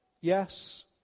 Yes